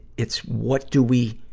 it's what do we,